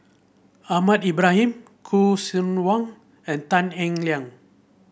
Ahmad Ibrahim Khoo Seok Wan and Tan Eng Liang